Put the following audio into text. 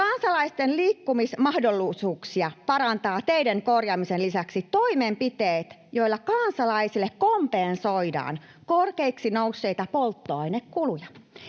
Kansalaisten liikkumismahdollisuuksia parantavat teiden korjaamisen lisäksi toimenpiteet, joilla kansalaisille kompensoidaan korkeiksi nousseita polttoainekuluja.